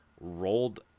rolled